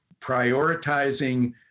prioritizing